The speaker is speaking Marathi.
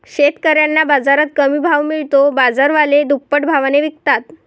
शेतकऱ्यांना बाजारात कमी भाव मिळतो, बाजारवाले दुप्पट भावाने विकतात